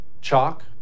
Chalk